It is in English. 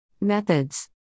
Methods